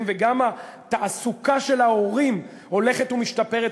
וגם התעסוקה של ההורים הולכת ומשתפרת,